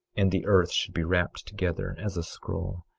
and the earth should be wrapt together as a scroll,